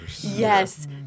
Yes